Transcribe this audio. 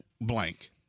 blank